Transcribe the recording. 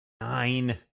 Nine